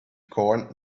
corn